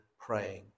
praying